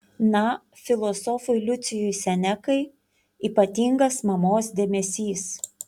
na filosofui lucijui senekai ypatingas mamos dėmesys